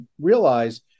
realize